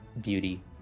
beauty